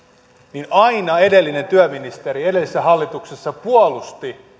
niin aina edellinen työministeri edellisessä hallituksessa puolusti